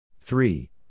Three